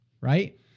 right